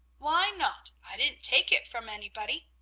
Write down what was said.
why not? i didn't take it from anybody.